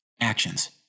Actions